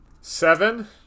Seven